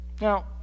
Now